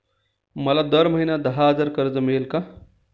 मला दर महिना दहा हजार कर्ज मिळेल का?